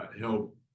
help